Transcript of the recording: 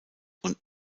und